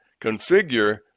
configure